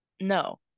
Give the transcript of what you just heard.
No